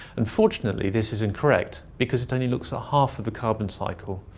unfortunately this is incorrect because it only looks at half of the carbon cycle.